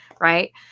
right